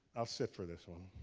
i'll sit for this one.